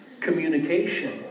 Communication